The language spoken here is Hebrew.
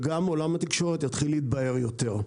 וגם עולם התקשורת יתחיל להתבהר יותר.